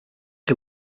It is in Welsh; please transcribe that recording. chi